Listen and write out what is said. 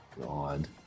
God